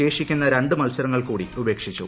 ശേഷിക്കുന്ന രണ്ട് മത്സരങ്ങൾ കൂടി ഉപേക്ഷിച്ചു